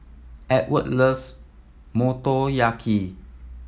Edward loves Motoyaki